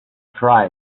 cry